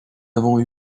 avons